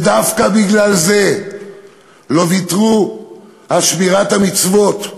ודווקא בגלל זה לא ויתרו על שמירת המצוות,